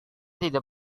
tidak